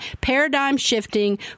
paradigm-shifting